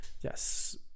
Yes